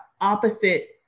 opposite